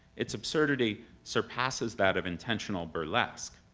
its absurdity surpasses that of intentional burlesque.